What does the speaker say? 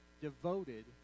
devoted